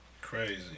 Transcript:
Crazy